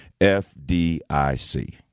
fdic